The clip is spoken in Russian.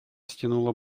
стянула